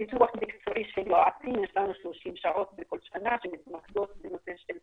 פיתוח מקצועי של יועצים יש לנו 30 שעות בכל שנה שמתמקדות בנושא של